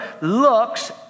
looks